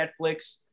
netflix